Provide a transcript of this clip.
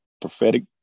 prophetic